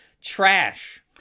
trash